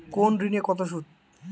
কোন ঋণে কত সুদ?